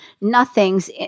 nothings